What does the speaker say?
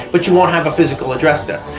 but you won't have a physical address there.